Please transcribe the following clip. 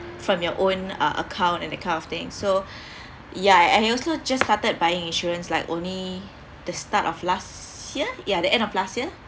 from your own uh account and that kind of thing so ya and you also just started buying insurance like only the start of last year ya the end of last year